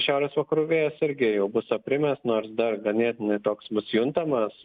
šiaurės vakarų vėjos irgi jau bus aprimęs nors dar ganėtinai toks bus juntamas